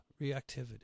reactivity